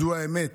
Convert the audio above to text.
זו האמת.